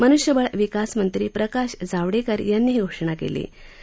मुनष्यबळ विकास मंत्री प्रकाश जावडेकर यांनी ही घोषणा केलीय